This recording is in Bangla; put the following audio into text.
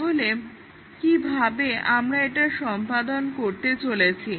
তাহলে কিভাবে আমরা এটা সম্পাদন করতে চলেছি